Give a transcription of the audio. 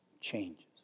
changes